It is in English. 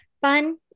fun